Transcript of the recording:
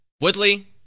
Woodley